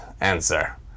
answer